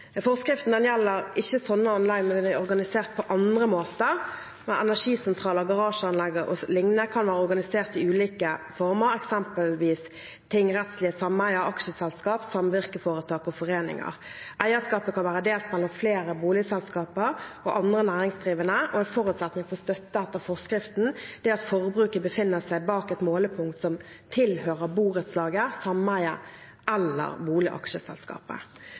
Forskriften gjelder ikke sånne anlegg når de er organisert på andre måter. Energisentraler, garasjeanlegg o.l. kan være organisert i ulike i former, eksempelvis tingsrettslige sameier, aksjeselskap, samvirkeforetak og foreninger. Eierskapet kan være delt mellom flere boligselskaper og andre næringsdrivende, og en forutsetning for støtte etter forskriften er at forbruket befinner seg bak et målepunkt som tilhører borettslaget,